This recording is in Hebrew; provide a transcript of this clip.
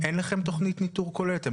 אין להם תוכנית ניטור כוללת?